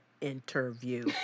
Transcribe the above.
interview